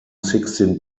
sixteen